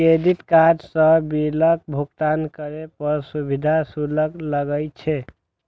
credit card सं बिलक भुगतान करै पर सुविधा शुल्क लागै छै